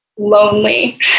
lonely